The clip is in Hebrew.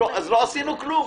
אז לא עשינו כלום.